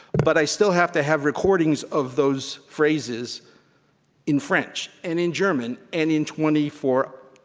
but i still have to have recordings of those phrases in french and in german, and in twenty four,